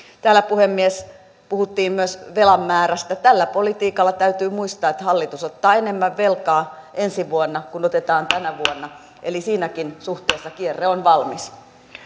täällä puhemies puhuttiin myös velan määrästä täytyy muistaa että tällä politiikalla hallitus ottaa enemmän velkaa ensi vuonna kuin otetaan tänä vuonna eli siinäkin suhteessa kierre on valmis